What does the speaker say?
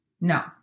No